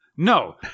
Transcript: No